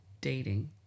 dating